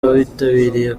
abitabiriye